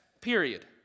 period